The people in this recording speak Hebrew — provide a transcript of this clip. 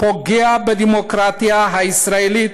פוגע בדמוקרטיה הישראלית